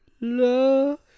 Love